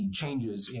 changes